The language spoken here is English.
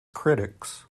critics